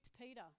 Peter